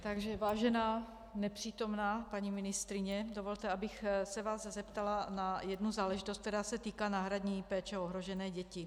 Takže vážená nepřítomná paní ministryně, dovolte, abych se vás zeptala na jednu záležitost, která se týká náhradní péče o ohrožené děti.